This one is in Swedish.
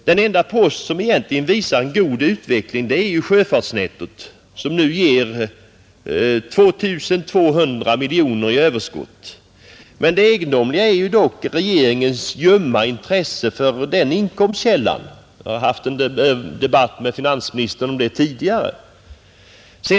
Den enda post som egentligen visar en god utveckling är sjöfartsnettot, som nu ger 2 200 miljoner i överskott. Regeringens ljumma intresse för den inkomstkällan är dock egendomligt — jag har haft en debatt med finansministern om detta tidigare.